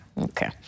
okay